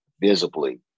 visibly